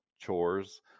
chores